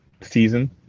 season